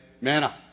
Manna